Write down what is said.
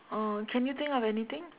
uh can you think of anything